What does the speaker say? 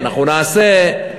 אנחנו נעשה.